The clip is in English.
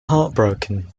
heartbroken